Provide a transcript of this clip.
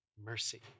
mercy